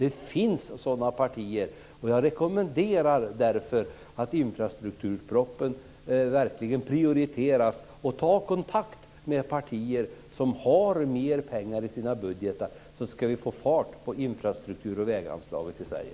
Det finns sådana partier, och jag rekommenderar därför att infrastrukturpropositionen verkligen prioriteras. Ta kontakt med partier som har mer pengar i sina budgetar, så ska vi få fart på infrastruktur och väganslaget i Sverige.